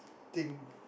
thing